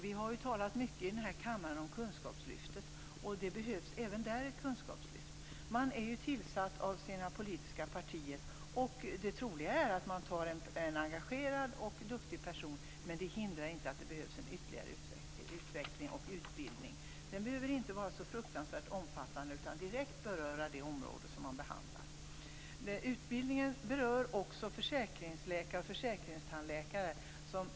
Vi har i kammaren talat mycket om kunskapslyftet, och det behövs även där. Ledamöterna är tillsatta av sina politiska partier, och det troliga är att de är engagerade och duktiga. Men det hindrar inte att det behövs ytterligare utveckling och utbildning. Det behöver inte vara en fruktansvärt omfattande utbildning, utan den skall direkt beröra det område som man behandlar. Utbildningen berör också försäkringsläkare och försäkringstandläkare.